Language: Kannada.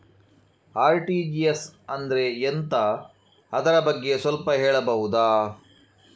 ಆರ್.ಟಿ.ಜಿ.ಎಸ್ ಅಂದ್ರೆ ಎಂತ ಅದರ ಬಗ್ಗೆ ಸ್ವಲ್ಪ ಹೇಳಬಹುದ?